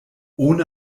ohne